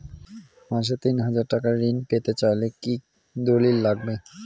মাসে তিন হাজার টাকা ঋণ পেতে চাইলে কি দলিল লাগবে?